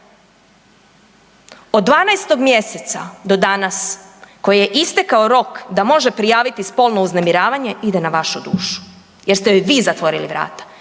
od 12. mj. do danas kojoj je istekao rok da može prijaviti spolno uznemiravanje, ide na vašu dušu jer ste joj vi zatvorili vrata.